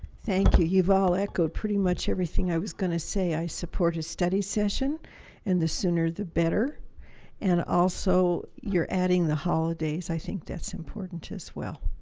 thank you, you've all echoed pretty much everything i was going to say i support a study session and the sooner the better and also, you're adding the holidays. i think that's important as well.